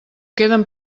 queden